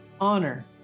honor